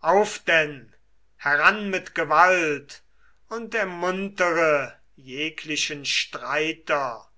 auf denn heran mit gewalt und ermuntere jeglichen streiter